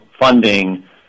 funding